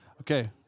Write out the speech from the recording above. Okay